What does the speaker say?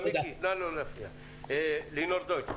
לינור דויטש.